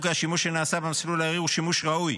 כי השימוש שנעשה במסלול המהיר הוא שימוש ראוי: